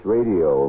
Radio